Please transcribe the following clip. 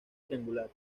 triangular